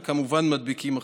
וכמובן מדביקים אחרים.